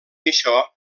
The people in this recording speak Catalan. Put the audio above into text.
això